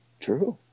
True